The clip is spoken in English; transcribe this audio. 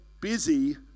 busy